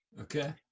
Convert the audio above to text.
Okay